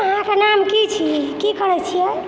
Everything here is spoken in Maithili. अहाँके नाम की छी की करै छियै